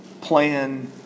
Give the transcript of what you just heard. plan